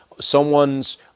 someone's